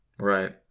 right